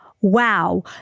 wow